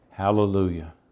Hallelujah